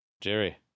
Jerry